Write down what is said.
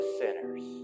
sinners